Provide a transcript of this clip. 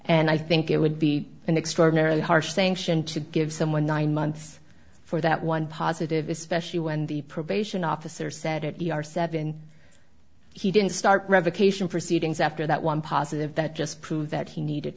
and i think it would be an extraordinarily harsh sanction to give someone nine months for that one positive especially when the probation officer said at the r seven he didn't start revocation proceedings after that one positive that just proved that he needed